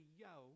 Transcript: yo